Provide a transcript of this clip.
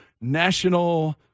national